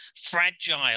fragile